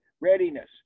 Readiness